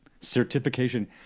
certification